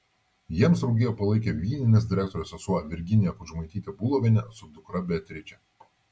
jiems draugiją palaikė vyninės direktorės sesuo virginija kudžmaitytė bulovienė su dukra beatriče